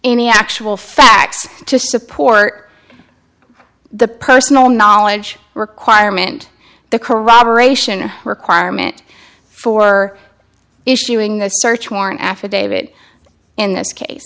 any actual facts to support the personal knowledge requirement the corroboration requirement for issuing the search warrant affidavit in this case